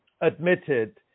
admitted